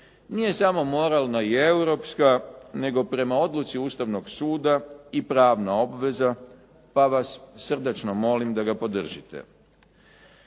nije samo moralna i europska, nego prema odluci Ustavnog suda i pravna obveza, pa vas srdačno molim da ga podržite.